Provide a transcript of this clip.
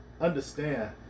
understand